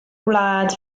wlad